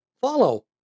follow